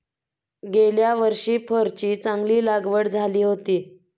गेल्या वर्षी फरची चांगली लागवड झाली होती